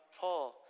Paul